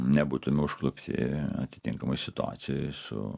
nebūtume užklupti atitinkamoj situacijoj su